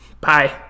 Bye